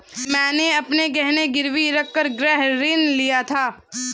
मैंने अपने गहने गिरवी रखकर गृह ऋण लिया था